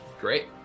Great